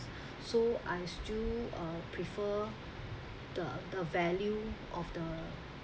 so I still uh prefer the the value of the